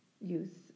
youth